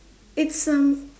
it's um